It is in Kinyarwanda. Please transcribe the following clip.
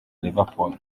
liverpool